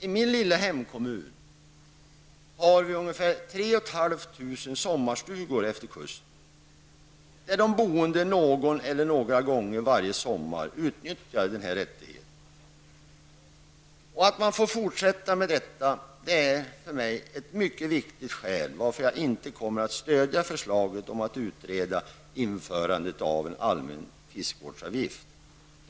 I min lilla hemkommun har vi ca 3 500 sommarstugor utefter kusten, där de boende någon eller några gånger varje sommar utnyttjar den här rättigheten. Att de får fortsätta med detta är för mig ett mycket viktigt skäl att inte stödja förslaget om att utreda frågan om införandet av en allmän fiskevårdsavgift.